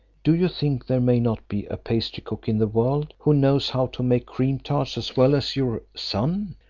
do you think there may not be a pastry-cook in the world, who knows how to make cream-tarts as well as your son?